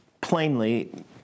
plainly